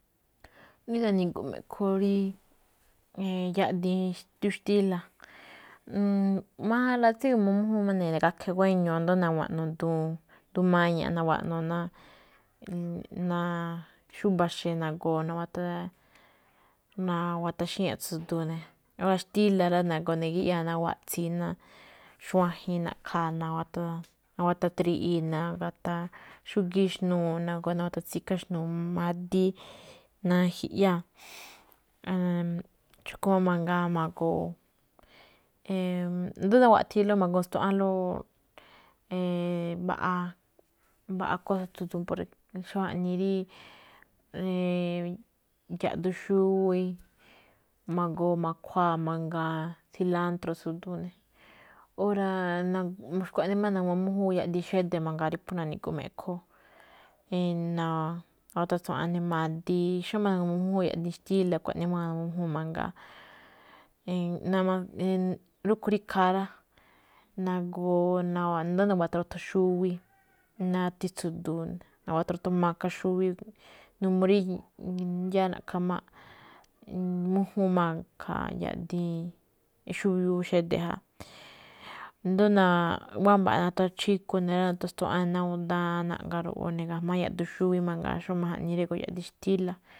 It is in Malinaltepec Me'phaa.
Rí na̱ni̱gu̱ꞌ me̱ꞌkho rí, yaꞌdiin xndúu xtíla̱, tsígu̱ma mújúun ne̱, gakhe̱ guéño i̱ndo̱ó nawaꞌno̱ꞌ duun, duun maña̱ꞌ nawaꞌno̱ ná xúba̱ xe̱ nagoo nawataxíña̱ꞌ ná tsu̱du̱u̱ ne̱. Óra̱ xtíla̱ rá, nagoo na̱gíꞌyáa nawaꞌtsi̱i̱ ná xuajen na̱ꞌkha̱a̱ nawatatriꞌii̱ na̱ga̱taa xúgíí xnuu̱ nagoo natawatsikhá xnuu̱ madíí ná jiꞌyáa̱. xúꞌkue̱n má mangaa magoo, ido̱ rí waꞌtsi̱i̱ magoo mu̱stuaꞌánlóꞌ mbaꞌa kósa̱ tsu̱du̱u̱, xó jaꞌnii rí yaꞌduun xúwí, magoo makhuáa mangaa silántro̱ tsu̱du̱u̱ ne̱. Óra̱ xkuaꞌnii máꞌ na̱gu̱ma mújúun yaꞌdiin xede̱ mangaa rí phú na̱ni̱gu̱ꞌ me̱ꞌkho. natatsuaꞌan ne̱ madíí xómá na̱gu̱ma mújúun yaꞌdiin xtíla̱, xkuaꞌnii máꞌ na̱gu̱ma mújúun mangaa. rúꞌkhue̱n rí ikhaa rá, nagoo. Indo̱ó nawa̱tro̱thon xuwi, nati tsu̱du̱u̱ ne̱. Nawatro̱thon maka xuwi, n uu rí na̱ꞌkha̱máꞌ mújúun máꞌ ikhaa yaꞌdiin, xubiuu xede̱ ja. I̱ndo̱ó wámba̱a̱ꞌ natachíkone̱ rá, nata stuaꞌán ne̱ ná awúun daan naꞌga̱ ro̱ꞌoo ne̱ ga̱jma̱á yaꞌduun xúwí mangaa xómá jaꞌnii, yaꞌdiin drígo̱o̱ xtíla̱.